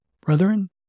Brethren